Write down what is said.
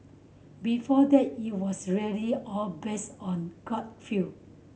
before that it was really all based on gut feel